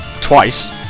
Twice